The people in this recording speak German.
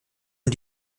und